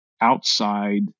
outside